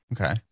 okay